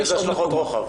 איזה השלכות רוחב?